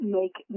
make